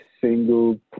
single